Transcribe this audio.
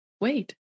wait